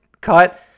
Cut